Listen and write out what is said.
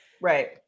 Right